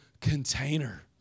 container